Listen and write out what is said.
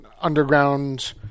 underground